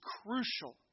crucial